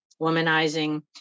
womanizing